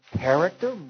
character